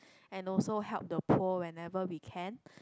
and also help the poor whenever we can